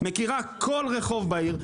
מכירה כל רחוב בעיר,